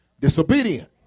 disobedient